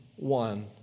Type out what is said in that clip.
One